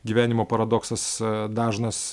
gyvenimo paradoksas dažnas